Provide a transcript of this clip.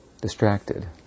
distracted